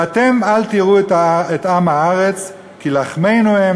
ואתם אל תיראו את עם הארץ כי לחמנו הם